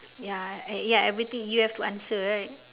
ya uh ya everything you have to answer right